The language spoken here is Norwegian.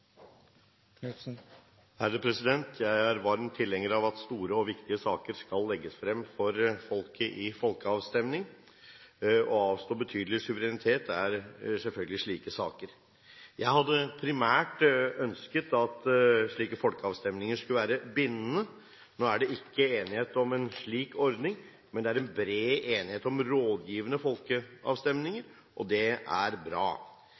han er. Jeg er varm tilhenger av at store og viktige saker skal legges frem for folket i folkeavstemning. Å avstå betydelig suverenitet er selvfølgelig en slik sak. Jeg hadde primært ønsket at slike folkeavstemninger skulle være bindende. Nå er det ikke enighet om en slik ordning, men det er en bred enighet om rådgivende folkeavstemninger, og det er bra.